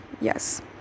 Yes